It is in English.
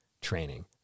training